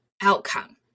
outcome